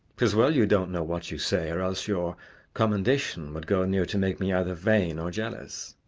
tis well you don't know what you say, or else your commendation would go near to make me either vain or jealous.